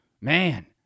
Man